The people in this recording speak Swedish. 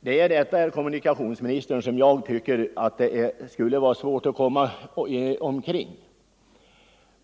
Jag tycker att det skulle vara svårt att komma förbi detta, herr kommunikationsminister!